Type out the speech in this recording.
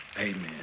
Amen